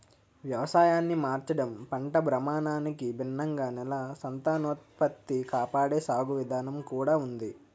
వ్యవసాయాన్ని మార్చడం, పంట భ్రమణానికి భిన్నంగా నేల సంతానోత్పత్తి కాపాడే సాగు విధానం కూడా ఉంది